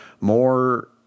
more